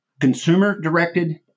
consumer-directed